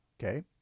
Okay